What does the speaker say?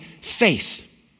faith